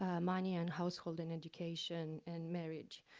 ah money and household and education and marriage.